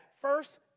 first